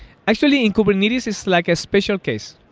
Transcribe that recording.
actually, in kubernetes, it's like a special case,